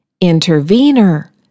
Intervener